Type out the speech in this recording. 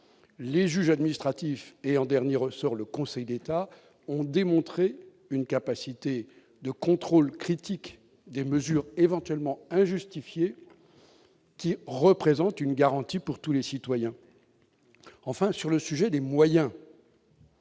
les juges administratifs et en dernier ressort, le Conseil d'État ont démontré une capacité de contrôle critique des mesures éventuellement injustifiée qui représente une garantie pour tous les citoyens, enfin sur le sujet des moyens.